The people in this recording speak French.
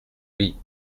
oui